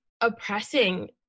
oppressing